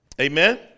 Amen